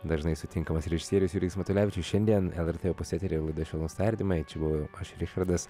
dažnai sutinkamas režisierius jurgis matulevičius šiandien lrt opus eteryje laida švelnūs tardyma čia buvau aš richardas